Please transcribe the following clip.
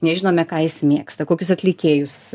nežinome ką jis mėgsta kokius atlikėjus